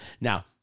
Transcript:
now